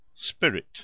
Spirit